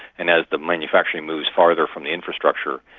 and as the manufacturing moves farther from the infrastructure,